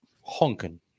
Honking